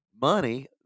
money